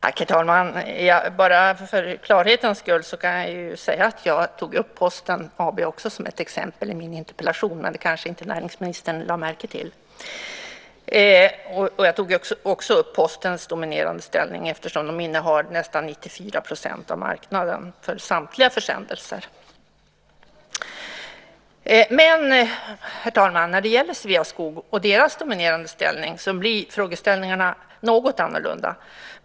Herr talman! Bara för klarhetens skull kan jag säga att jag också tog upp Posten AB som ett exempel i min interpellation. Men det kanske inte näringsministern lade märke till. Jag tog också upp Postens dominerande ställning, eftersom man innehar nästan 94 % av marknaden för samtliga försändelser. Herr talman! När det gäller Sveaskog och deras dominerande ställning blir frågeställningarna något annorlunda.